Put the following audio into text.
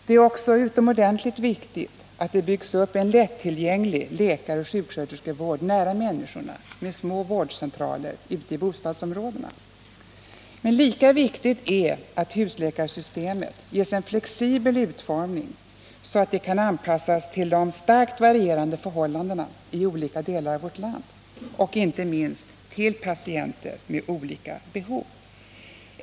Det är också synnerligen viktigt att det byggs upp en lättillgänglig läkaroch sjuksköterskevård nära människorna med små vårdcentraler ute i bostadsområdena. Men lika viktigt är att husläkarsystemet ges en flexibel utformning, så att det kan anpassas till de starkt varierande förhållandena i olika delar av vårt land och, inte minst, till patienter med olika behov.